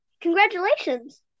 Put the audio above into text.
Congratulations